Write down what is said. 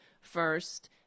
first